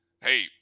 hey